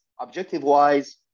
objective-wise